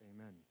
Amen